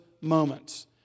moments